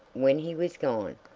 when he was gone,